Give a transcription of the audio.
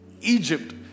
Egypt